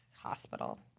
hospital